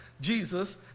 Jesus